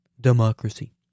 democracy